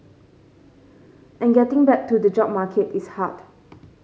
and getting back to the job market is hard